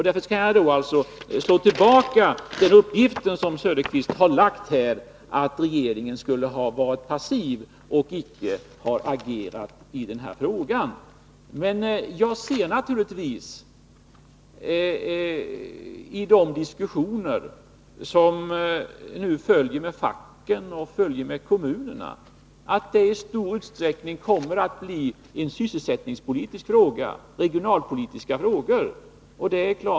Därför vill jag tillbakavisa den uppgift som herr Söderqvist här lämnade, att regeringen skulle ha varit passiv och icke agerat i den här frågan. Vid de diskussioner som nu följer med facken och kommunen kommer det naturligtvis i stor utsträckning att röra sig om sysselsättningspolitiska och regionalpolitiska frågor.